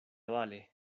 vale